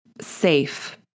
safe